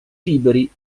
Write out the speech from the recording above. liberi